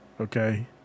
Okay